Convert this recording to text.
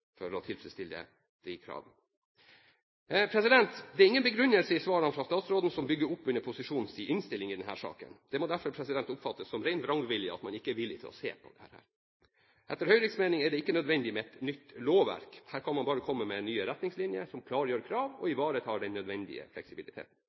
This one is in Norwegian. tilfredsstille disse kravene. Det er ingen begrunnelse i svarene fra statsråden som bygger opp under posisjonens innstilling i denne saken. Det må derfor oppfattes som ren vrangvilje at man ikke er villig til å se på dette. Etter Høyres mening er det ikke nødvendig med et nytt lovverk. Her kan man bare komme med nye retningslinjer, som klargjør krav og